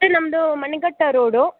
sir ನಮ್ಮದು Manighatta road